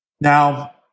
Now